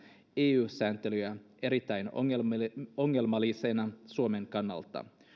eu sääntelyä erittäin ongelmallisena suomen kannalta